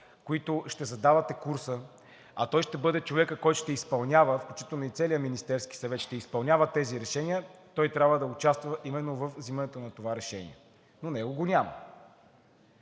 които ще задавате курса, а той ще бъде човекът, който ще изпълнява, включително и целият Министерски съвет ще изпълнява тези решения, той трябва да участва именно във взимането на това решение, но него го няма.